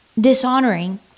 dishonoring